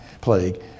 plague